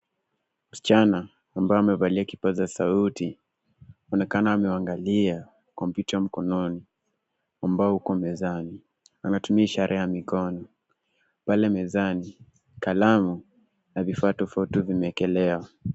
Msichana ambaye amevalia kipaza sauti anaonekana ameangalia kompyuta mkononi ambao uko mezani. Anatumia ishara ya mikono. Pale mezani, kalamu na vifaa tofauti vimeekelewa.